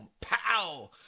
Pow